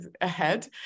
ahead